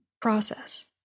process